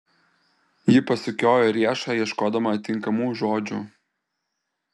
ji pasukiojo riešą ieškodama tinkamų žodžių